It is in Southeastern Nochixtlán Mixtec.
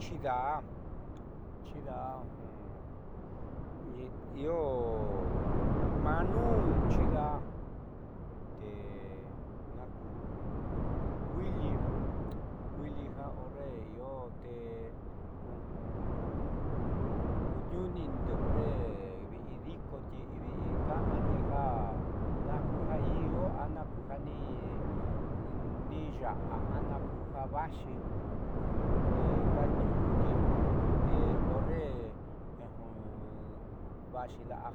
Chidaá io ma'a nuun chidaá te naku kuili kuili ja horre io te kutniuuni'inindo horre vi'i di'ikoti vi'i ka'anti ja nakuja io a nakuja nini ya'a a nakuja vaxi te kaantniu'uti te horre vaxi la'a